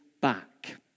back